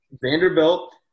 Vanderbilt